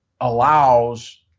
allows